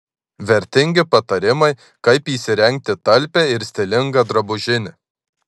vertingi patarimai kaip įsirengti talpią ir stilingą drabužinę